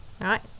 Right